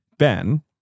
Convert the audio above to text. Ben